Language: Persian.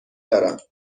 دارم